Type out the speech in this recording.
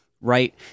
Right